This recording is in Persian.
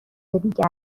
دیگر